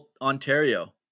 Ontario